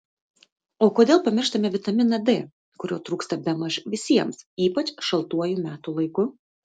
o kodėl pamištame vitaminą d kurio trūksta bemaž visiems ypač šaltuoju metų laiku